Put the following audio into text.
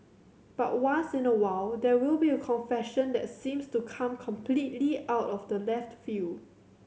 but once in a while there will be a confession that seems to come completely out of left field